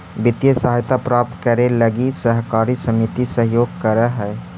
वित्तीय सहायता प्राप्त करे लगी सहकारी समिति सहयोग करऽ हइ